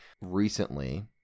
Recently